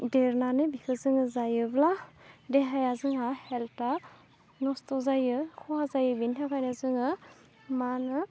देरनानै बिखौ जोङो जायोब्ला देहाया जोंहा हेल्थआ नस्थ' जायो खहा जायो बिनि थाखायनो जोङो मा होनो